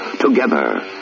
together